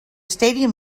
stadium